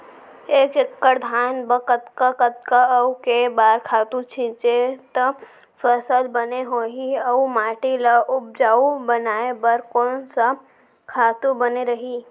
एक एक्कड़ धान बर कतका कतका अऊ के बार खातू छिंचे त फसल बने होही अऊ माटी ल उपजाऊ बनाए बर कोन से खातू बने रही?